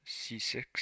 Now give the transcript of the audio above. c6